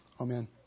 Amen